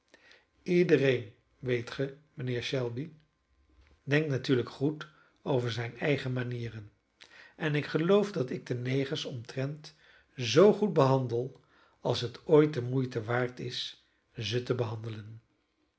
iedereen weet ge mijnheer shelby denkt natuurlijk goed over zijne eigene manieren en ik geloof dat ik de negers omtrent zoo goed behandel als het ooit de moeite waard is ze te behandelen